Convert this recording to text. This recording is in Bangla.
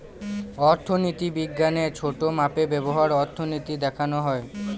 অর্থনীতি বিজ্ঞানের ছোটো মাপে ব্যবহার অর্থনীতি দেখানো হয়